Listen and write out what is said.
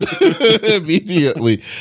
Immediately